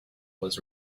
was